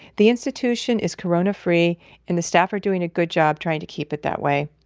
the institution is corona-free and the staff are doing a good job trying to keep it that way.